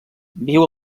viu